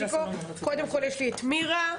רבה,